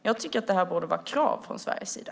Jag tycker att det borde vara ett krav från Sveriges sida.